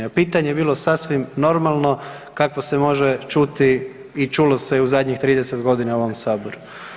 A pitanje je bilo sasvim normalno kakvo se može čuti i čulo se je u zadnjih 30 godina u ovom saboru.